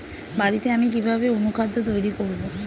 বাড়িতে আমি কিভাবে অনুখাদ্য তৈরি করব?